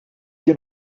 que